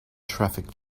traffic